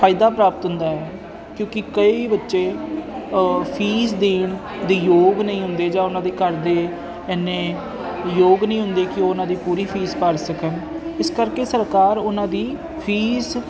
ਫਾਇਦਾ ਪ੍ਰਾਪਤ ਹੁੰਦਾ ਕਿਉਂਕਿ ਕਈ ਬੱਚੇ ਫੀਸ ਦੇਣ ਦੇ ਯੋਗ ਨਹੀਂ ਹੁੰਦੇ ਜਾਂ ਉਹਨਾਂ ਦੇ ਘਰ ਦੇ ਇੰਨੇ ਯੋਗ ਨਹੀਂ ਹੁੰਦੇ ਕਿ ਉਹ ਉਹਨਾਂ ਦੀ ਪੂਰੀ ਫੀਸ ਭਰ ਸਕਣ ਇਸ ਕਰਕੇ ਸਰਕਾਰ ਉਹਨਾਂ ਦੀ ਫੀਸ